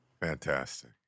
Fantastic